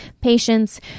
patients